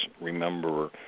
remember